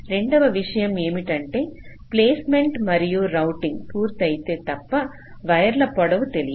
రెండవ విషయం ఏమిటంటే ప్లేస్మెంట్ మరియు రౌటింగ్ పూర్తయితే తప్పా వైర్ల పొడవు తెలియదు